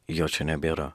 jo čia nebėra